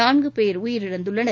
நான்குபேர் உயிரிழந்துள்ளனர்